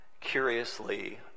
Curiously